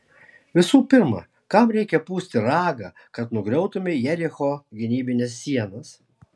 visų pirma kam reikia pūsti ragą kad nugriautumei jericho gynybines sienas